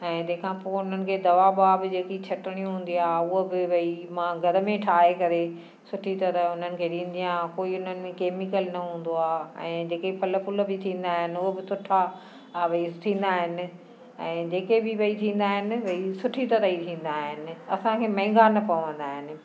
ऐं तंहिंखां पोइ उन्हनि खे दवा ववा जेकी छटिणी हूंदी आहे उहा बि भई मां घर में ठाहे करे सुठी तरह उन्हनि खे ॾींदी आहियां कोई उन्हनि में केमीकल न हूंदो आहे ऐं जेके फल फूल बि थींदा आहिनि उहे बि सुठा भई थींदा आहिनि ऐं जेके बि भई थींदा आहिनि भई सुठी तरह थींदा आहिनि असांखे महांगा न पवंदा आहिनि